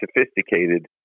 sophisticated